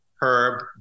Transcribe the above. Herb